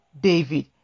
David